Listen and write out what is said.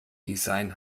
design